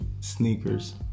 sneakers